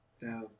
Now